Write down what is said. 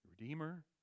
Redeemer